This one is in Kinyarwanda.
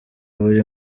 buri